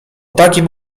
takim